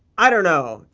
i don't know.